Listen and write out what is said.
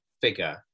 figure